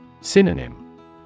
Synonym